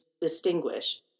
distinguish